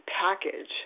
package